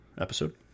episode